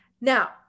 Now